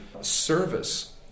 service